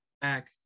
back